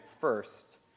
first